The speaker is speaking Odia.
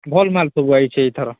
ଭଲ ମାଲ୍ ସବୁ ଆଇଛେ ଏଥର